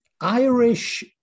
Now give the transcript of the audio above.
Irish